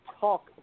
talk